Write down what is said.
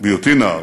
בהיותי נער,